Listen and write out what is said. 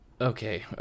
Okay